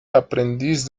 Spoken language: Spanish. aprendiz